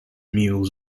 mules